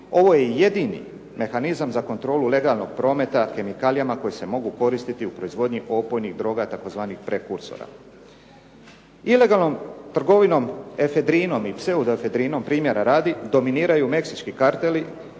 Ovo je jedini mehanizam za kontrolu legalnog prometa kemikalijama koje se mogu koristiti u proizvodnji opojnih droga tzv. prekursora. Ilegalnom trgovinom efedrinom i pseudoefedrinom primjera radi, dominiraju meksički karteli